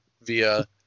via